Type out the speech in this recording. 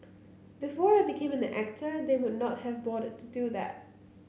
before I became an actor they would not have bothered to do that